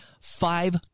five